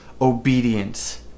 obedience